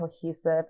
cohesive